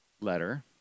letter